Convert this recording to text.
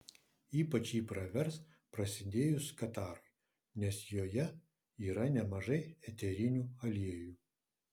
ypač ji pravers prasidėjus katarui nes joje yra nemažai eterinių aliejų